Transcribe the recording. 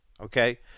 okay